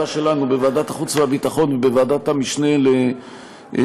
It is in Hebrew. שלנו בוועדת החוץ והביטחון ובוועדת המשנה למודיעין,